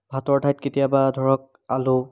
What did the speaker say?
ভাতৰ ঠাইত কেতিয়াবা ধৰক আলু